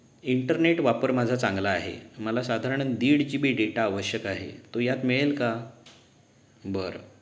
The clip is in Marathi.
इंटरनेट वापर माझा चांगला आहे मला साधारण दीड जी बी डेटा आवश्यक आहे तो यात मिळेल का बरं